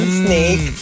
snake